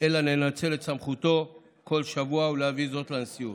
אלא לנצל את סמכותו בכל שבוע ולהביא זאת לנשיאות.